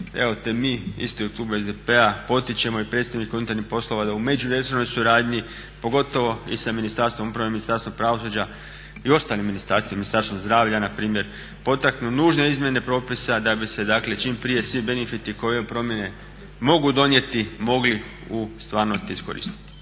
mi isto i u klubu SDP-a potičemo i predstavnik unutarnjih poslova da u međuresornoj suradnji pogotovo i sa Ministarstvom uprave, Ministarstvom pravosuđa i ostalim ministarstvima, Ministarstvom zdravlja npr. potaknu nužne izmjene propisa da bi se dakle čim prije svi benefiti koje ove promjene mogu donijeti mogli u stvarnosti iskoristiti.